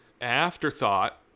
afterthought